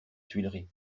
tuileries